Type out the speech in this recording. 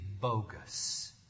bogus